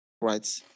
right